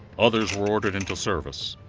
others were ordered into service.